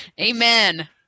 Amen